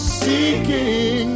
seeking